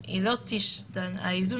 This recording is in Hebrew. אני ראיתי את זה במו עיניי.